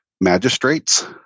magistrates